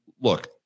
Look